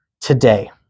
today